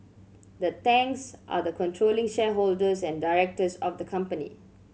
the Tangs are the controlling shareholders and directors of the company